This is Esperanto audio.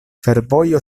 fervojo